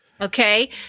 okay